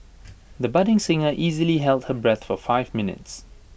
the budding singer easily held her breath for five minutes